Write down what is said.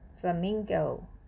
flamingo